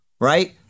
right